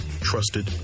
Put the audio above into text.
trusted